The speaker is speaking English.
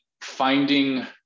finding